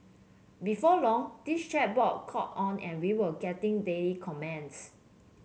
before long this chat board caught on and we were getting daily comments